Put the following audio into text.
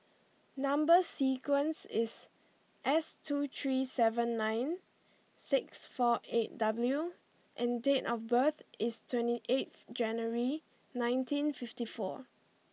number sequence is S two three seven nine six four eight W and date of birth is twenty eighth January nineteen fifty four